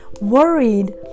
worried